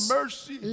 mercy